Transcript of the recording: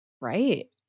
Right